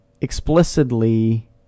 explicitly